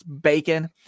bacon